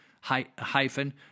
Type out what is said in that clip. hyphen